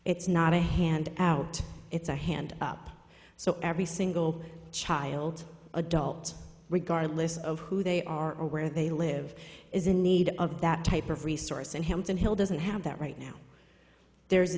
it's not a hand out it's a hand up so every single child adult regardless of who they are or where they live is in need of that type of resource and hymns and hill doesn't have that right now there's